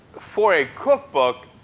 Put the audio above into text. for a cookbook,